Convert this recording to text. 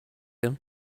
him